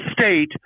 State –